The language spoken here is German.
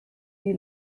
die